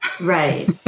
Right